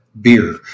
beer